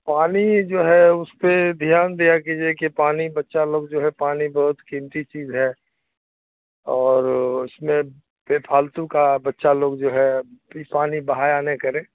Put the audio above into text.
پانی جو ہے اس پہ دھیان دیا کیجیے کہ پانی بچہ لوگ جو ہے پانی بہت قیمتی چیز ہے اور اس میں بے فالتو کا بچہ لوگ جو ہے بھی پانی بہایا نہیں کرے